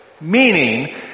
Meaning